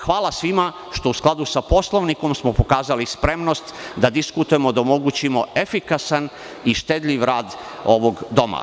Hvala svima što smo u skladu sa Poslovnikom pokazali spremnost da diskutujemo, da omogućimo efikasan i štedljiv rad ovog Doma.